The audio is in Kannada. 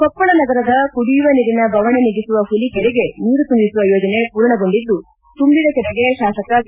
ಕೊಪ್ಪಳ ನಗರದ ಕುಡಿಯುವ ನೀರಿನ ಬವಣೆ ನೀಗಿಸುವ ಹುಲಿಕೆರೆಗೆ ನೀರು ತುಂಬಿಸುವ ಯೋಜನೆ ಪೂರ್ಣಗೊಂಡಿದ್ದು ತುಂಬಿದ ಕೆರೆಗೆ ಶಾಸಕ ಕೆ